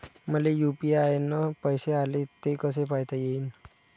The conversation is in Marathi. मले यू.पी.आय न पैसे आले, ते कसे पायता येईन?